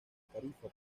tarifa